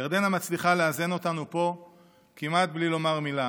ירדנה מצליחה לאזן אותנו פה כמעט בלי לומר מילה,